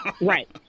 Right